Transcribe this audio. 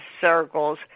circles